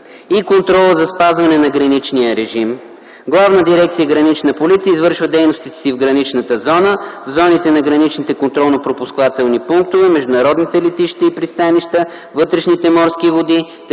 и контрола за спазване на граничния режим Главна дирекция „Гранична полиция” извършва дейностите си в граничната зона, в зоните на граничните контролно-пропускателни пунктове, международните летища и пристанища, вътрешните морски води, териториалното